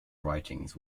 writings